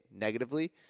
negatively